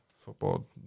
football